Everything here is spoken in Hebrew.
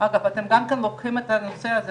ובכלל לרשת הנסיעות